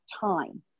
time